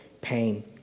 pain